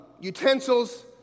utensils